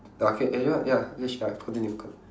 ya okay eh ya ya finish ya ya continue cont~